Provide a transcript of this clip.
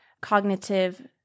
cognitive